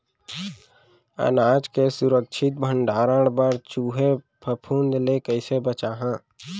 अनाज के सुरक्षित भण्डारण बर चूहे, फफूंद ले कैसे बचाहा?